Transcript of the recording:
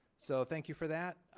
so thank you for that.